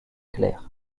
claires